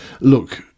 look